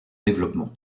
développement